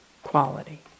quality